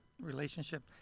Relationship